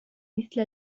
مثل